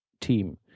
team